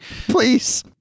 Please